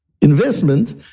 investment